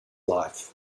life